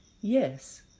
Yes